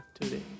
today